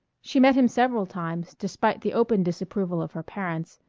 she met him several times, despite the open disapproval of her parents,